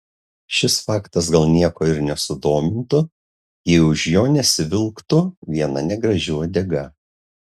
šis faktas gal nieko ir nesudomintų jei už jo nesivilktų viena negraži uodega